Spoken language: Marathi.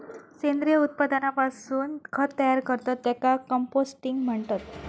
सेंद्रिय उत्पादनापासून खत तयार करतत त्येका कंपोस्टिंग म्हणतत